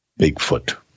Bigfoot